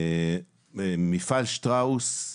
מפעל שטראוס הוא